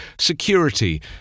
security